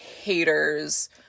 haters